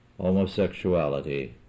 homosexuality